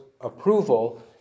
approval